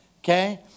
okay